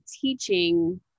teaching